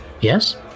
Yes